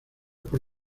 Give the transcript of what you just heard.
por